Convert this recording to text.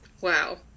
wow